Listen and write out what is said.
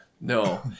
no